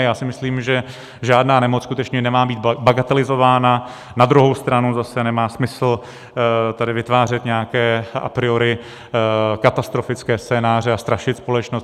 Já si myslím, že žádná nemoc skutečně nemá být bagatelizována, na druhou stranu zase nemá smysl tady vytvářet nějaké a priori katastrofické scénáře a strašit společnost.